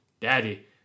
daddy